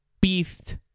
Beast